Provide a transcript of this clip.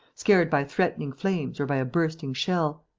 scared by threatening flames or by a bursting shell.